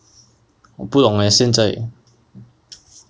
我不懂 leh 现在